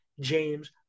James